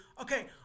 Okay